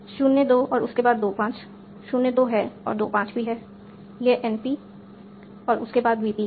02 और उसके बाद 25 02 है और 25 भी है यह NP और उसके बाद VP है